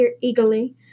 eagerly